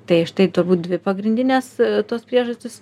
tai štai turbūt dvi pagrindinės tos priežastys